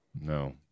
No